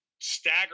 stagger